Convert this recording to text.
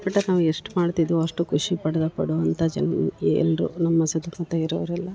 but ಅದು ನಾವು ಎಷ್ಟು ಮಾಡ್ತಿದ್ವೋ ಅಷ್ಟು ಖುಷಿ ಪಡ್ದ ಪಡೋವಂಥ ಜನ ಎಲ್ಲರು ನಮ್ಮ ಸುತ್ತ ಮುತ್ತ ಇರೋರೆಲ್ಲ